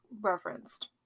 referenced